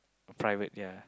private ya